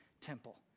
temple